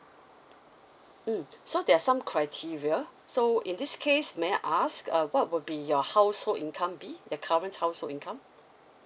mm so there's some criteria so in this case may I ask uh what would be your household income be the current household income